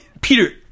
Peter